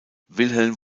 wilhelm